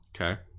Okay